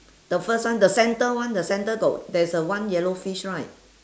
the first one the center one the center got there's a one yellow fish right